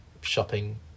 shopping